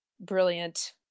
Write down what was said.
brilliant